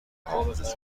حافظه